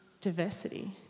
diversity